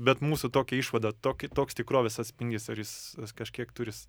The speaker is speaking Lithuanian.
bet mūsų tokia išvada tokį toks tikrovės atspindys ar jis kažkiek turis